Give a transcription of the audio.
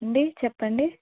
అండి చెప్పండి